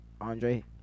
Andre